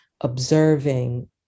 observing